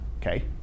okay